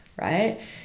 right